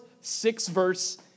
six-verse